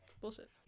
bullshit